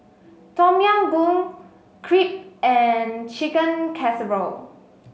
Tom Yam Goong Crepe and Chicken Casserole